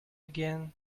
again